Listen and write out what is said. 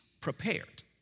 prepared